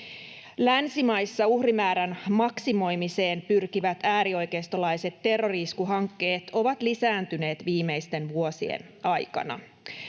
Länsimaissa uhrimäärän maksimoimiseen pyrkivät äärioikeistolaiset terrori-iskuhankkeet ovat lisääntyneet viimeisten vuosien aikana.